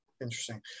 interesting